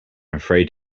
afraid